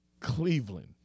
Cleveland